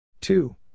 Two